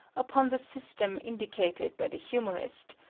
upon the system indicated by the humorist,